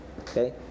Okay